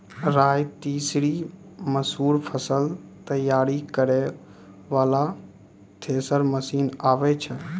राई तीसी मसूर फसल तैयारी करै वाला थेसर मसीन आबै छै?